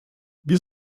wir